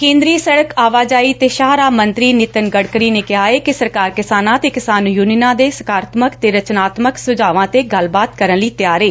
ਕੇਦਰੀ ਸੜਕ ਆਵਾਜਾਈ ਤੇ ਸ਼ਾਹਰਾਹ ਮੰਤਰੀ ਨਿਤਿਨ ਗੜਕਰੀ ਨੇ ਕਿਹਾ ਕਿ ਸਰਕਾਰ ਕਿਸਾਨਾਂ ਅਤੇ ਕਿਸਾਨ ਯੁਨੀਅਨਾਂ ਦੇ ਸਾਕਾਰਤਮਕ ਸੁਝਾਵਾਂ ਤੇ ਗੱਲਬਾਤ ਕਰਨ ਲਈ ਤਿਆਰ ਏ